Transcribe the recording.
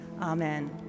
Amen